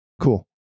Cool